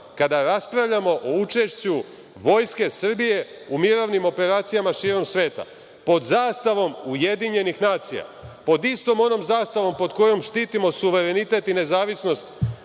kada raspravljamo o učešću Vojske Srbije u mirovnim operacijama širom sveta pod zastavom UN, pod istom onom zastavom pod kojom štitimo suverenitet i nezavisnost